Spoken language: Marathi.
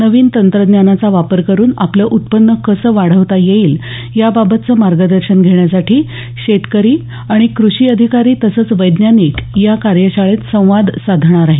नवीन तंत्रज्ञानाचा वापर करून आपलं उत्पन्न कसं वाढवता येईल याबाबतचं मार्गदर्शन घेण्यासाठी शेतकरी आणि कृषी अधिकारी तसंच वैज्ञानिक या कार्यशाळेत संवाद साधणार आहेत